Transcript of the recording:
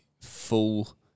full